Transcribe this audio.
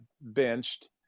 benched